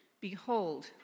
Behold